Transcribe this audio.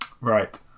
Right